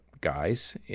guys